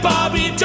Bobby